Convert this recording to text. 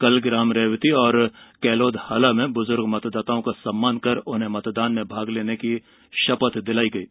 कल ग्राम रैवती और कैलोदहाला में बुजुर्ग मतदाताओं का सम्मान कर उन्हें मतदान में भाग लेने की षपथ दिलायी गयी है